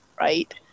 right